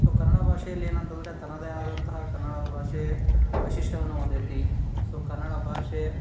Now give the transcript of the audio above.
so Kannada ಭಾಷೆಯಲ್ಲಿ ಏನಂತಂದರೆ ಅದು ತನ್ನದೇ ಆದಂತಹ ಕನ್ನಡವು ಭಾಷೆ ವೈಶಿಷ್ಟ್ಯವನ್ನು ಹೊಂದೈತಿ ಸೊ ಕನ್ನಡ ಭಾಷೆ